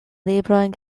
librojn